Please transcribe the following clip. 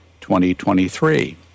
2023